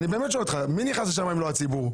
אני באמת שואל אותך: מי נכנס לשם אם לא הציבור?